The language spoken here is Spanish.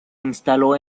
instaló